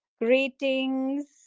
Greetings